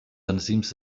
enzims